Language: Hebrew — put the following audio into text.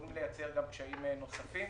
יכולים לייצר גם קשיים נוספים.